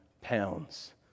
pounds